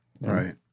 Right